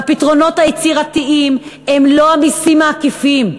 והפתרונות היצירתיים הם לא המסים העקיפים.